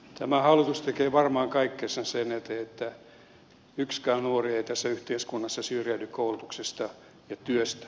tämä hallitus tekee varmaan kaikkensa sen eteen että yksikään nuori ei tässä yhteiskunnassa syrjäydy koulutuksesta ja työstä